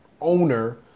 owner